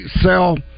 sell